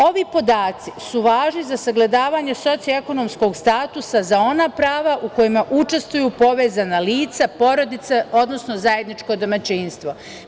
Ovi podaci su važni za sagledavanje socijalno-ekonomskog statusa za ona prava u kojima učestvuju povezana lica, porodica, odnosno zajedničko domaćinstvo.